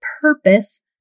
purpose